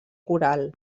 coral